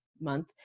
month